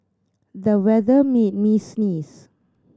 the weather made me sneeze